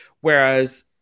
Whereas